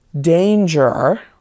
danger